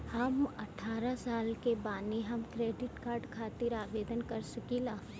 हम अठारह साल के बानी हम क्रेडिट कार्ड खातिर आवेदन कर सकीला?